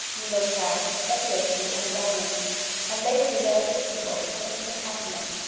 needlecraft, decoration, and dyeing and later the various peoples coming from the continent,